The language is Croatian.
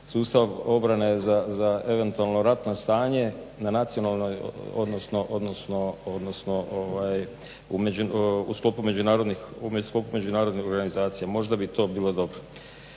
sustav obrane za eventualno ratno stanje na nacionalnoj odnosno u sklopu međunarodne organizacije. Možda bi to bilo dobro.